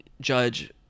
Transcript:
judge